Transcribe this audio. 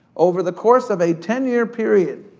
over the course of a ten year period,